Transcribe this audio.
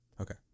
Okay